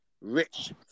rich